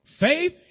Faith